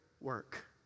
work